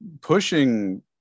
pushing